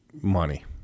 money